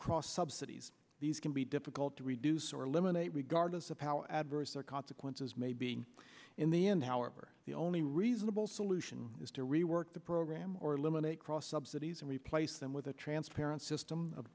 cross subsidies these can be difficult to reduce or eliminate regardless of how adverse their consequences may be in the end however the only reasonable solution is to rework the program or limit cross subsidies and replace them with a transparent system of